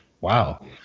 Wow